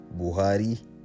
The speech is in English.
Buhari